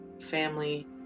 family